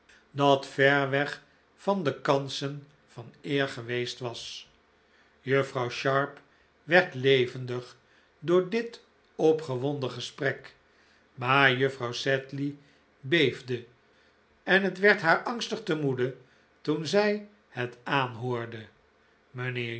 dat ver weg van de kansen van eer geweest was juffrouw sharp werd levendig door dit opgewonden gesprek maar juffrouw sedley beefde en het werd haar angstig te moede toen zij het aanhoorde